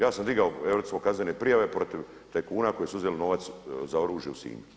Ja sam digao europske kaznene prijave protiv tajkuna koji su uzeli novac za oružje u Sinju.